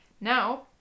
Now